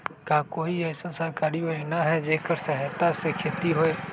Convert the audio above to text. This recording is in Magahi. का कोई अईसन सरकारी योजना है जेकरा सहायता से खेती होय?